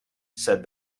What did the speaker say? said